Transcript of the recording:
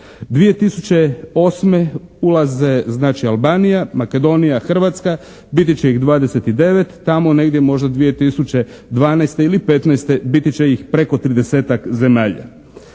2008. ulaze znači Albanija, Makedonija, Hrvatska biti će ih 29, tamo negdje možda 2012. ili 2015. biti će ih preko 30-tak zemalja.